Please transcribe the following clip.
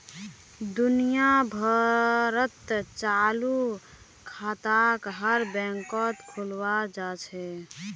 दुनिया भरत चालू खाताक हर बैंकत खुलवाया जा छे